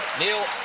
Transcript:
neal,